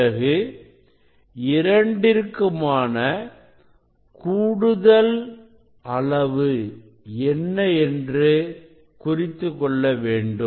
பிறகு இரண்டிற்குமான கூடுதல் அளவு என்ன என்று குறித்துக் கொள்ள வேண்டும்